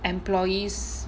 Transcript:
employees